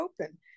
open